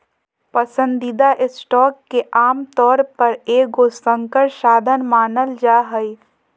पसंदीदा स्टॉक के आमतौर पर एगो संकर साधन मानल जा हइ